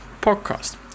podcast